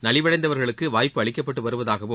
நலிவடைந்தவர்களுக்கு வாய்ப்பு அளிக்கப்பட்டு வருவதாகவும்